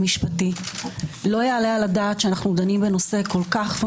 המשפטי: לא יעלה על הדעת שאנחנו דנים בנושא פונדמנטלי